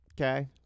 okay